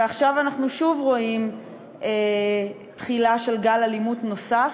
ועכשיו אנחנו שוב רואים תחילה של גל אלימות נוסף,